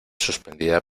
suspendida